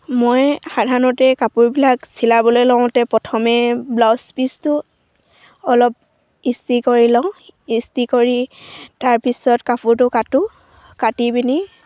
মই সাধাৰণতে কাপোৰবিলাক চিলাবলৈ লওঁতে প্ৰথমে ব্লাউজ পিচটো অলপ ইস্ত্ৰি কৰি লওঁ ইস্ত্ৰি কৰি তাৰপিছত কাপোৰটো কাটো কাটি পিনি